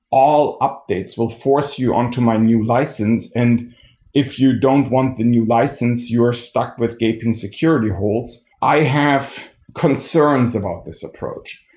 all updates will force you on to my new license. and if you don't want the new license, you are stuck with gaping security holes. i have concerns about this approach.